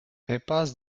impasse